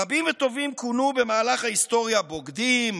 רבים וטובים כונו במהלך ההיסטוריה בוגדים,